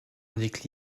avec